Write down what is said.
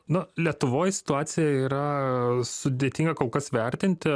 na lietuvoj situaciją yra sudėtinga kol kas vertinti